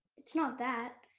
it's not that.